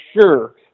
sure